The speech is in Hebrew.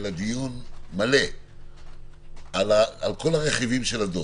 אלא דיון מלא על כל הרכיבים של הדוח,